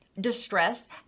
distress